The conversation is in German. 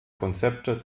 konzepte